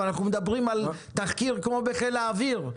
אבל אנחנו מדברים על תחקיר כמו בחיל האוויר.